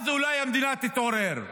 אז אולי המדינה תתעורר.